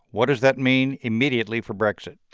what does that mean immediately for brexit?